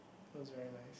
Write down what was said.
that was very nice